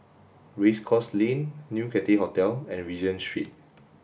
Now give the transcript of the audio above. Race Course Lane New Cathay Hotel and Regent Street